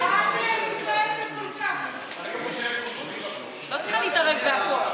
את לא צריכה להתערב בכול.